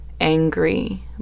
angry